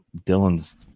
Dylan's